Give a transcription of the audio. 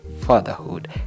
fatherhood